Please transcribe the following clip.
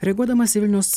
reaguodamas į vilniaus